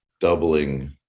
doubling